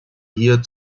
hier